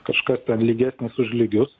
kažkas lygesnis už lygius